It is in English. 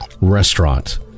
restaurant